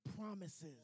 promises